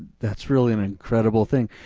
that's really an incredible thing.